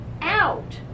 out